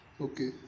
Okay